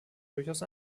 durchaus